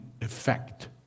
effect